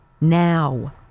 now